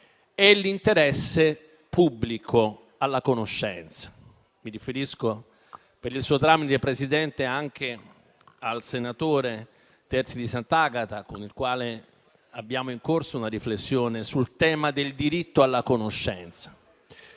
e l'interesse pubblico alla conoscenza. Mi riferisco, per il suo tramite, Presidente, anche al senatore Terzi di Sant'Agata, con il quale abbiamo in corso una riflessione sul tema del diritto alla conoscenza.